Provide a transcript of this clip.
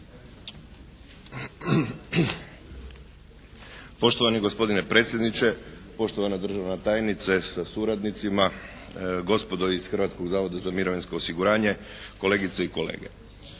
Poštovani gospodine predsjedniče, poštovana državna tajnice sa suradnicima, gospodo iz Hrvatskog zavoda za mirovinsko osiguranje, kolegice i kolege.